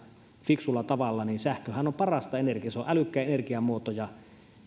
fiksulla tavalla niin sähköhän on parasta energiaa se on älykkäin energiamuoto